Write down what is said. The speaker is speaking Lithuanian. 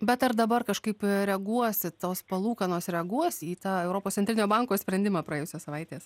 bet ar dabar kažkaip reaguos į tos palūkanos reaguos į tą europos centrinio banko sprendimą praėjusios savaitės